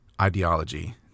ideology